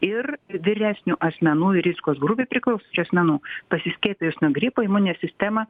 ir vyresnių asmenų ir rizikos grupei priklausančių asmenų pasiskiepijus nuo gripo imuninė sistema